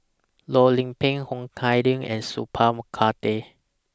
Loh Lik Peng Ho Kah Leong and Sat Pal Khattar